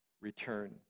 Return